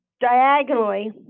diagonally